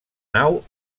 nau